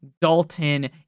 Dalton